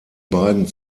beiden